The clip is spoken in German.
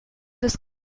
des